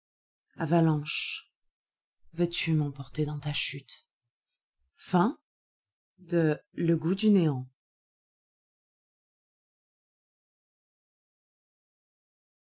avalanche veux-tu m emporter dans ta chute de